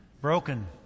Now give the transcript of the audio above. Broken